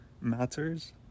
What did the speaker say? matters